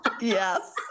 Yes